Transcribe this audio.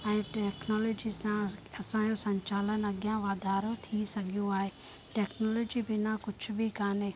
ऐं टैक्नोलॉजी सां असांजो संचालन अॻियां वाधारो थी सघियो आहे टैक्नोलॉजी बिना कुझु बि काने